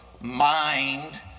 mind